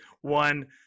one